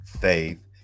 faith